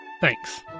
Thanks